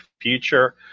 future